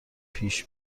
پیش